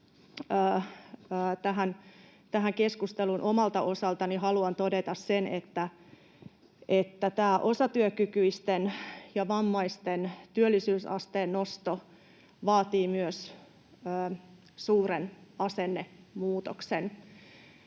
tähän keskusteluun omalta osaltani haluan todeta sen, että tämä osatyökykyisten ja vammaisten työllisyysasteen nosto vaatii myös suuren asennemuutoksen.